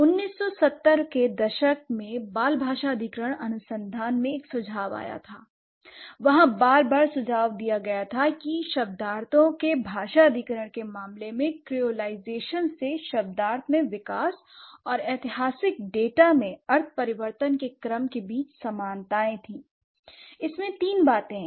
1970 के दशक में बाल भाषा अधिग्रहण अनुसंधान में एक सुझाव था l वहाँ बार बार सुझाव दिया गया था कि शब्दार्थों के भाषा अधिग्रहण के मामले में क्रोलोलाइजेशन से शब्दार्थ में विकास और ऐतिहासिक डेटा में अर्थ परिवर्तन के क्रम के बीच समानताएं थी l इसमें तीन बातें है